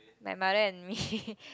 my mother and me